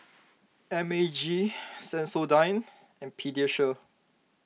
M A G Sensodyne and Pediasure